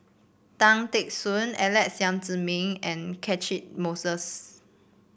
Tan Teck Soon Alex Yam Ziming and Catchick Moses